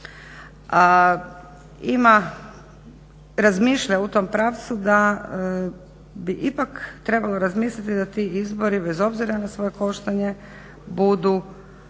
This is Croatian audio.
ima razmišlja u tom pravcu da bi ipak trebalo razmisliti da ti izbori bez obzira na svoje koštanje budu